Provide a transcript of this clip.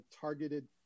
targeted